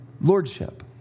Lordship